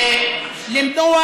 למנוע